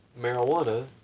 marijuana